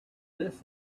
this